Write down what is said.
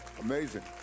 Amazing